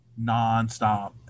nonstop